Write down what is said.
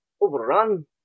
overrun